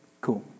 Cool